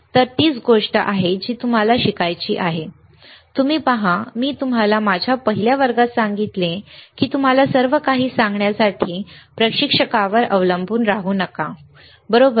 तर तीच गोष्ट आहे जी तुम्हाला शिकायची आहे तुम्ही पहा मी तुम्हाला माझ्या पहिल्या वर्गात सांगितले की तुम्हाला सर्व काही सांगण्यासाठी प्रशिक्षकावर अवलंबून राहू नका बरोबर